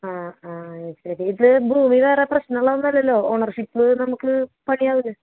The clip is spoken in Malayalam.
ആ ആ ശരി ഇത് ഭൂമി വേറെ പ്രശ്നോള്ളതൊന്നല്ലല്ലോ ഓണർഷിപ്പ് നമുക്ക് പണിയാവില്ല